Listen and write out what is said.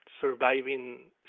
surviving